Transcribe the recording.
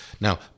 Now